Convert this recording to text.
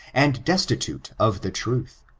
and destitute of the truth,